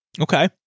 Okay